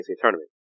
tournament